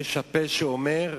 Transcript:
יש הפה שאומר,